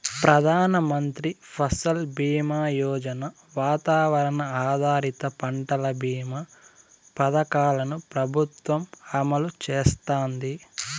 ప్రధాన మంత్రి ఫసల్ బీమా యోజన, వాతావరణ ఆధారిత పంటల భీమా పథకాలను ప్రభుత్వం అమలు చేస్తాంది